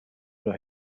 oder